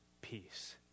peace